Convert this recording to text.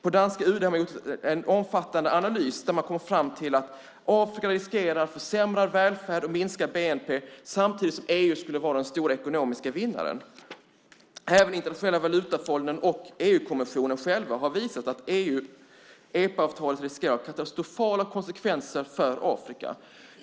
På danska UD har man gjort en omfattande analys där man kom fram till att Afrika riskerar försämrad välfärd och minskad bnp samtidigt som EU skulle vara den stora ekonomiska vinnaren. Även Internationella valutafonden och EU-kommissionen har visat att EPA riskerar att få katastrofala konsekvenser för Afrika.